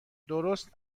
درست